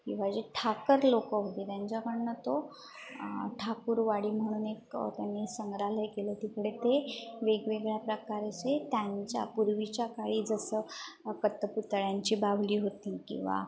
किंवा जी ठाकर लोकं होती त्यांच्याकडनं तो ठाकूरवाडी म्हणून एक कोणी संग्रहालय केलं तिकडे ते वेगवेगळ्या प्रकारचे त्यांच्या पूर्वीच्या काळी जसं कठपुतळ्यांची बाहुली होती किंवा